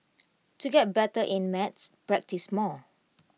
to get better at maths practise more